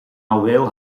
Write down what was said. houweel